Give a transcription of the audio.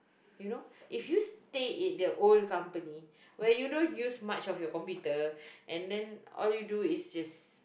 you know if you stay in the old company where you don't use much of your computer and then all you do is just